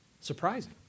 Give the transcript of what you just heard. surprising